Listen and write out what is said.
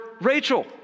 Rachel